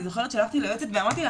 אני זוכרת שהלכתי ליועצת ואמרתי לה